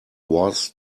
was